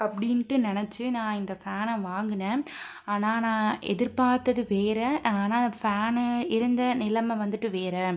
அப்படின்ட்டு நினச்சி நான் இந்த ஃபேனை வாங்கினேன் ஆனால் நான் எதிர்பாத்தது வேற ஆனால் ஃபேனு இருந்த நிலமை வந்துட்டு வேற